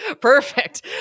Perfect